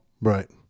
Right